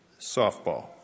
softball